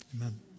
amen